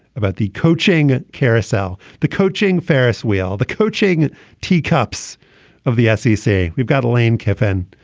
about the coaching carousel, the coaching ferris wheel, the coaching teacups of the scc. we've got a lane kiffin,